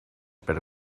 per